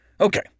Okay